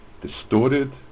distorted